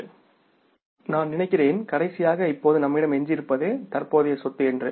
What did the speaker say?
கடைசியாக நான் நினைக்கிறேன் இப்போது நம்மிடம் எஞ்சியிருப்பது தற்போதைய சொத்து என்று